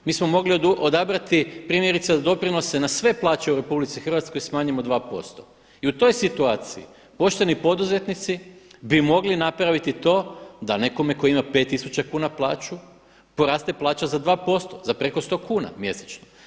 Mi smo mogli odabrati primjerice doprinose na sve plaće u RH smanjimo 2% i u toj situaciji pošteni poduzetnici bi mogli napraviti to da nekome tko ima pet tisuća kuna plaću poraste plaća za 2% za preko 100 kuna mjesečno.